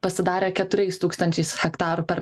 pasidarė keturiais tūkstančiais hektarų per